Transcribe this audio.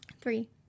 Three